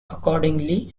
accordingly